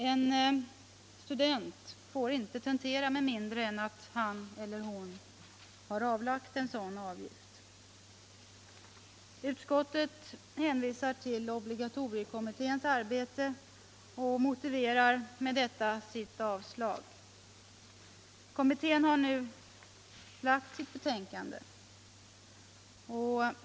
En student får inte tentera med mindre än att hon celler han har erlagt en sådan avgift. Utskottet hänvisar till obligatorickommitténs arbete och motiverar med detta sill avslag. Kommittén har nu lagt fram sitt betänkande.